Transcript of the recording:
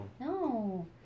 No